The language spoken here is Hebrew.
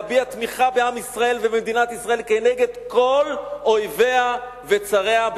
להביע תמיכה בעם ישראל ובמדינת ישראל כנגד כל אויביה וצריה,